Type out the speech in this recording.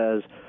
says